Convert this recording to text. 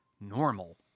normal